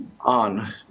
on